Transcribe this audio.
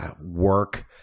work